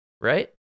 right